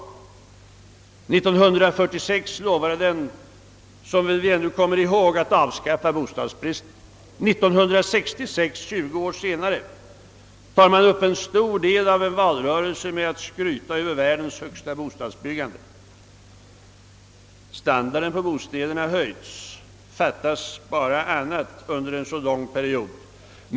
1946 lovade den, som vi väl ännu kommer ihåg, att avskaffa bostadsbristen. 1966, tjugo år senare, tar man upp en stor del av en valrörelse med att skryta över världens högsta bostadsbyggande. Standarden på bostäderna har höjts. Fattas bara annat efter en så lång period.